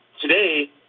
today